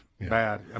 bad